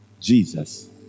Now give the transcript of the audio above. jesus